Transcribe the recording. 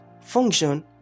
function